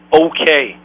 okay